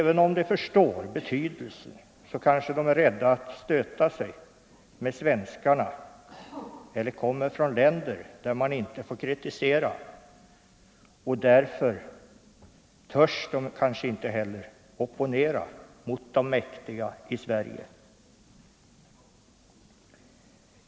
De som förstår betydelsen av kollektivanslutningen kanske är rädda att stöta sig med svenskarna eller kommer från länder där man inte får kritisera och törs därför kanske inte heller opponera mot de mäktiga i Sverige.